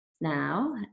now